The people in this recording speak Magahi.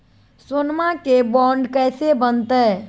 सोनमा के बॉन्ड कैसे बनते?